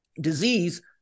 disease